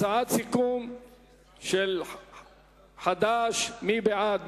הצעת סיכום של חד"ש, מי בעד?